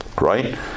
right